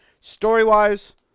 story-wise